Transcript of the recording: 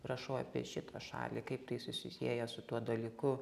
rašau apie šitą šalį kaip tai susisieja su tuo dalyku